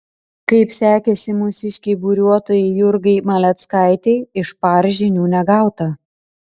kaip sekėsi mūsiškei buriuotojai jurgai maleckaitei iš par žinių negauta